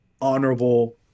honorable